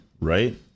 right